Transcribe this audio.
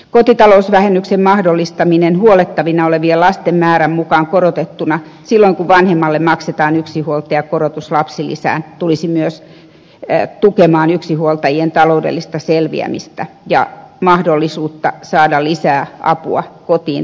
kotitalousvähennyksen mahdollistaminen huollettavina olevien lasten määrän mukaan korotettuna silloin kun vanhemmalle maksetaan yksinhuoltajakorotus lapsilisään tulisi myös tukemaan yksinhuoltajien taloudellista selviämistä ja mahdollisuutta saada lisää apua kotiin tarvittaessa